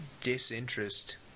disinterest